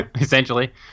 essentially